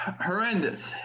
horrendous